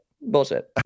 Bullshit